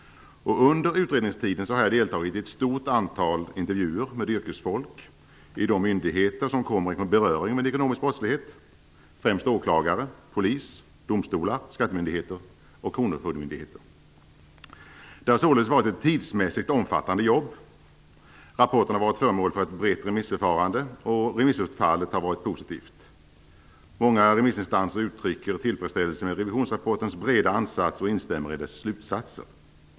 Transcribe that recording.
Under utredningstiden har jag deltagit i ett stort antal intervjuer med yrkesfolk i de myndigheter som kommer i beröring med ekonomisk brottslighet, främst hos åklagare, polis, domstolar, skattemyndigheter och kronofogdemyndigheter. Det har således varit ett tidsmässigt omfattande jobb. Rapporten har varit föremål för ett brett remissförfarande, och remissutfallet har varit positivt. Många remissinstanser uttrycker tillfredsställelse över revisionsrapportens breda ansats och instämmer i dess slutsatser.